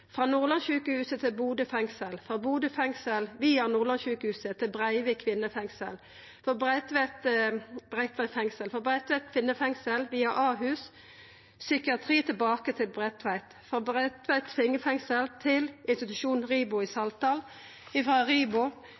frå Nordlandssjukehuset til Bodø fengsel, frå Bodø fengsel via Nordlandssjukehuset til Bredtveit kvinnefengsel, frå Bredtveit kvinnefengsel via Ahus psykiatri tilbake til Bredtveit, frå Bredtveit kvinnefengsel til institusjonen RIBO i Saltdal,